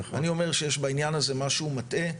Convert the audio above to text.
אני אומר שיש בעניין הזה משהו מטעה,